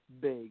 big